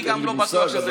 אין לי מושג,